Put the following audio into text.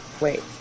Wait